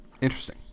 interesting